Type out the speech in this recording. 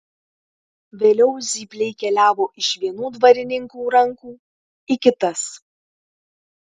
vėliau zypliai keliavo iš vienų dvarininkų rankų į kitas